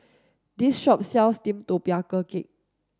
this shop sells steamed tapioca cake